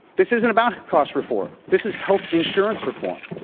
this isn't about cost reform. this is health insurance reform.